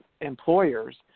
employers